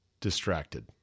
distracted